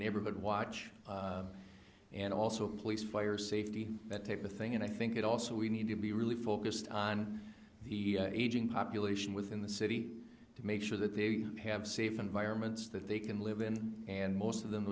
neighborhood watch and also police fire safety that type of thing and i think it also we need to be really focused on the aging population within the city to make sure that they have safe environments that they can live in and most of them